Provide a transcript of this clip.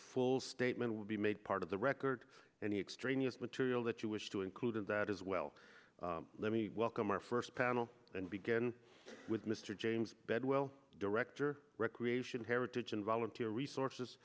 full statement will be made part of the record any extraneous material that you wish to include and that is well let me welcome our first panel and begin with mr james bedwell director recreation heritage and volunteer resources